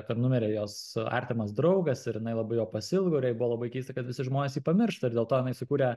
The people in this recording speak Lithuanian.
kad numirė jos artimas draugas ir jinai labai jo pasiilgo ir jai buvo labai keista kad visi žmonės jį pamiršta ir dėl to jinai sukurė